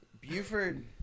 Buford